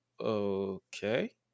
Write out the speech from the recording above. okay